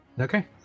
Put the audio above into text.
Okay